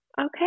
Okay